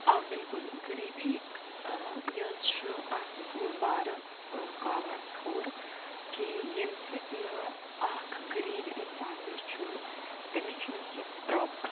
آ بِلکُل غریٖبی یہِ حظ چھُ اَکھ بوٚڈ بارٕ رُکاوَٹ ٹھوٚر کہِ ییٚمہِ سۭتۍ نہٕ اَکھ غریٖب اِنسان یُس چھُ تٔمِس چھُنہٕ سُہ پرٛاپَر